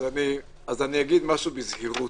אני אגיד משהו בזהירות.